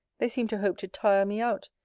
they seem to hope to tire me out,